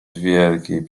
wielkiej